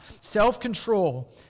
Self-control